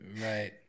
Right